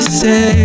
say